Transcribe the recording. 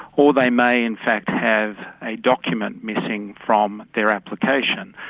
or they may in fact have a document missing from their application.